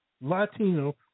Latino